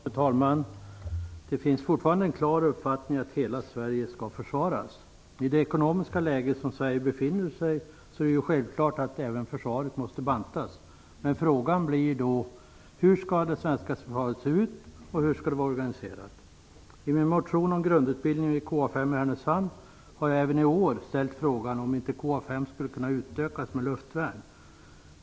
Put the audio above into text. Fru talman! Det finns fortfarande en klar uppfattning att hela Sverige skall försvaras. I det ekonomiska läge som Sverige befinner sig i är det självklart att även Försvaret måste bantas. Men frågan blir då hur det svenska försvaret skall se ut och hur det skall vara organisierat. I min motion om grundutbildningen vid KA 5 i Härnösand har jag även i år ställt frågan om ifall inte KA 5 skulle kunna utökas med luftvärn.